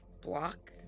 block